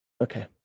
okay